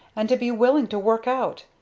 and to be willing to work out!